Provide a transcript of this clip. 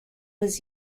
was